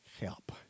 help